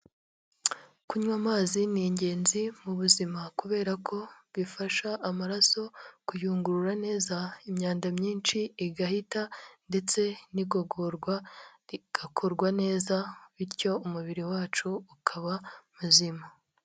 Kunywa amazi ni ingenzi mu buzima kubera ko, bifasha amaraso kuyungurura neza imyanda myinshi igahita ndetse n'igogorwa, rigakorwa neza, bityo umubiri wacu ukaba muzima.